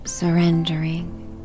surrendering